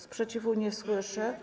Sprzeciwu nie słyszę.